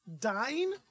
Dying